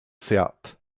siat